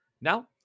now